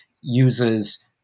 uses